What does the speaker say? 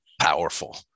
powerful